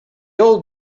old